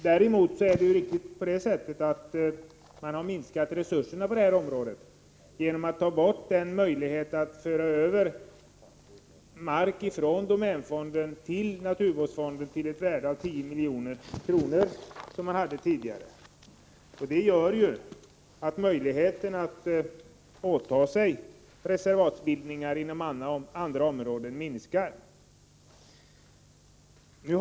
Däremot är mitt påstående riktigt så till vida att man har minskat resurserna på det här området genom att ta bort den möjlighet som fanns tidigare att föra över mark till ett värde av 10 milj.kr. från domänfonden till naturvårdsfonden. Det gör att möjligheten att åta sig reservatbildningar inom andra områden minskar.